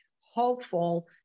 hopeful